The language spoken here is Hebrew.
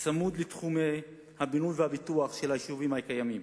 צמודים לתחומי הבינוי והפיתוח של היישובים הקיימים,